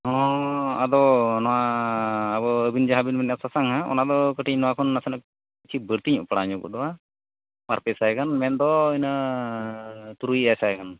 ᱦᱚᱸ ᱟᱫᱚ ᱱᱚᱣᱟ ᱟᱵᱚ ᱟᱹᱵᱤᱱ ᱡᱟᱦᱟᱸ ᱵᱮᱱ ᱢᱮᱱᱮᱫᱟ ᱥᱟᱥᱟᱝᱟᱜ ᱚᱱᱟ ᱫᱚ ᱠᱟᱹᱴᱤᱡ ᱱᱚᱣᱟ ᱠᱷᱚᱱ ᱱᱟᱥᱮᱱᱟᱜ ᱠᱤᱪᱷᱩ ᱵᱟᱹᱲᱛᱤ ᱧᱚᱜ ᱯᱟᱲᱟᱣ ᱜᱚᱫᱚᱜᱼᱟ ᱵᱟᱨᱯᱮ ᱥᱟᱭ ᱜᱟᱱ ᱢᱮᱱᱫᱚ ᱤᱱᱟᱹ ᱛᱩᱨᱩᱭ ᱮᱭᱟᱭ ᱥᱟᱭ ᱜᱟᱱ